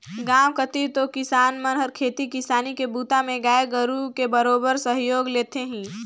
गांव कति तो किसान मन हर खेती किसानी के बूता में गाय गोरु के बरोबेर सहयोग लेथें ही